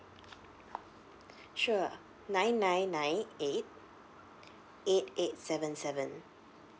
sure nine nine nine eight eight eight seven seven